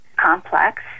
complex